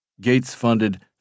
Gates-funded